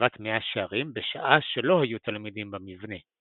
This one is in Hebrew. ישיבת מאה שערים בשעה שלא היו תלמידים במבנה.